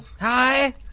Hi